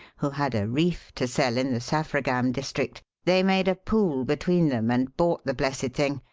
who had a reef to sell in the saffragam district, they made a pool between them and bought the blessed thing,